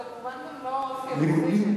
זה, כמובן גם לא, נושא שאני העליתי.